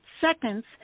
seconds